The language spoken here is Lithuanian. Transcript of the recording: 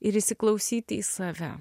ir įsiklausyti į save